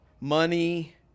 money